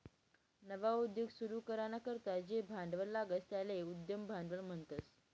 नवा उद्योग सुरू कराना करता जे भांडवल लागस त्याले उद्यम भांडवल म्हणतस